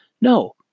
No